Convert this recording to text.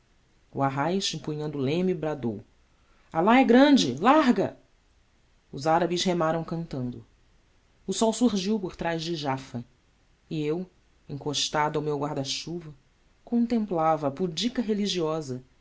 arrais empunhando o leme bradou alá é grande larga os árabes remaram cantando o sol surgiu por trás de jafa e eu encostado ao meu guarda-chuva contemplava a pudica religiosa